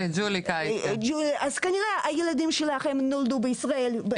ג'ולי, אז כנראה הילדים שלך נולדו בישראל.